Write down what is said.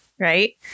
right